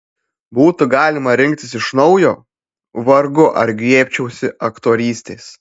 būtų galima rinktis iš naujo vargu ar griebčiausi aktorystės